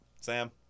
Sam